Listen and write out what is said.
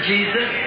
Jesus